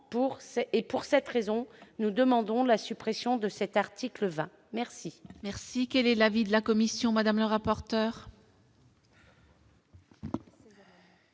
Pour cette raison, nous demandons la suppression de l'article 20. Quel